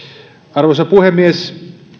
arvoisa puhemies